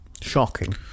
Shocking